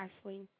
Ashley